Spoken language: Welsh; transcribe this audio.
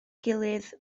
gilydd